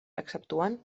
exceptuant